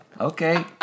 Okay